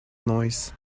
noise